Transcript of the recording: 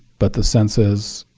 but the sense is